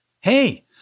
Hey